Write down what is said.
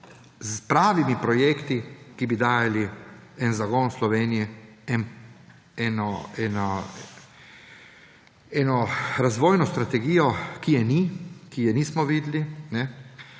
s pravimi projekti, ki bi dajali en zagon Sloveniji, eno razvojno strategijo, ki je ni, ki je nismo videli.